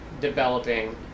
developing